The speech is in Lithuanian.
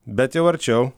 bet jau arčiau